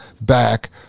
back